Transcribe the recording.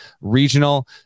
regional